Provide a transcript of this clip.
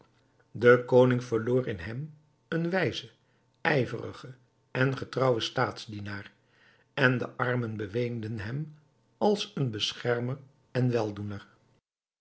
de koning verloor in hem een wijzen ijverigen en getrouwen staatsdienaar en de armen beweenden hem als een beschermer en weldoener